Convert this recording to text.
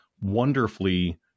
wonderfully